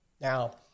Now